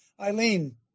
Eileen